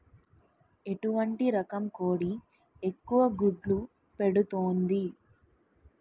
ఎటువంటి రకం కోడి ఎక్కువ గుడ్లు పెడుతోంది?